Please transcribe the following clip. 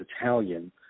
Italian